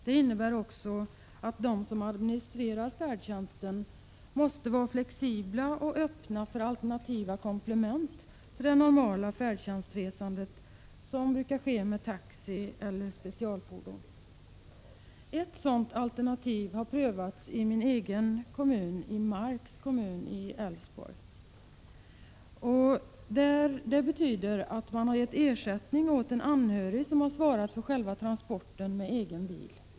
Det innebär också att de som administrerar färdtjänsten måste vara flexibla och öppna för alternativa komplement till det normala färdtjänstsresandet, som sker med taxi eller specialfordon. Ett sådant alternativ har prövats i min hemkommun, Marks kommun i Älvsborgs län, innebärande att ersättning ges åt en anhörig som svarar för transporten med egen bil.